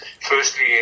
Firstly